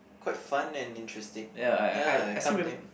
quite fun and interesting ya I can't blame